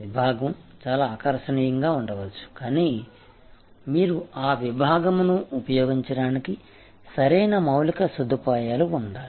విభాగం చాలా ఆకర్షణీయంగా ఉండవచ్చు కానీ మీకు ఆ విభాగమును ఉపయోగించడానికి సరైన మౌలిక సదుపాయాలు ఉండాలి